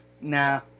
Nah